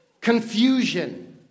confusion